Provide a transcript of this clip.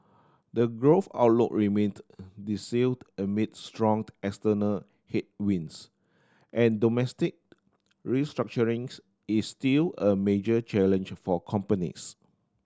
the growth outlook remains dicey amid strong external headwinds and domestic restructuring is still a major challenge for companies